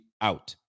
out